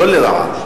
לא לרעה.